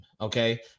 okay